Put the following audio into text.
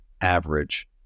average